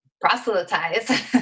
proselytize